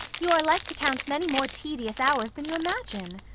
you are like to count many more tedious hours than you imagine.